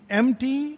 empty